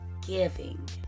giving